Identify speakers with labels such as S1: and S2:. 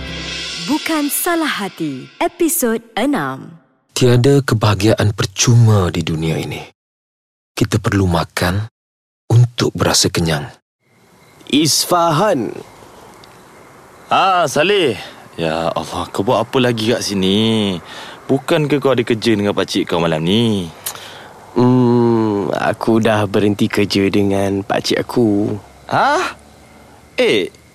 S1: Bukan Salah Hati, episod enam.
S2: Tiada kebahagiaan percuma di dunia ini. Kita perlu makan untuk berasa kenyang.
S3: Isfahan.
S4: Ah, Saleh. Ya Allah, kau buat apa lagi kat sini? Bukankah kau ada kerja dengan pakcik kau malam ni?
S3: Hmm, aku dah berhenti kerja dengan pakcik aku.
S4: Hah? Eh,